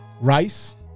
Rice